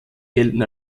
gelten